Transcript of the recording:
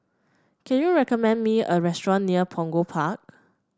can you recommend me a restaurant near Punggol Park